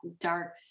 dark